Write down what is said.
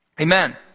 Amen